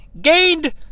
gained